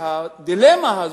והדילמה הזאת,